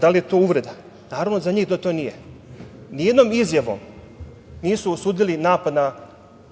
da li je to uvreda? Naravno za njih da to nije. Nijednom izjavom nisu osudili napad